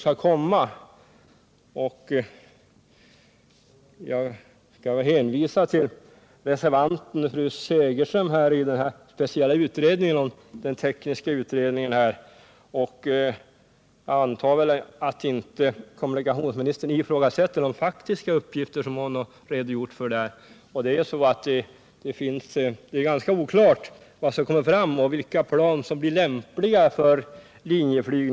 Jag vill då hänvisa till vad reservanten, fru Segerström, i den speciella tekniska utredningen säger. Jag antar att kommunikationsministern inte ifrågasätter hennes faktiska uppgifter. Det är oklart vilka plan som kommer att finnas och vilka av de här tystare planen som kommer att bli lämpliga för Linjeflyg.